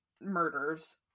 murders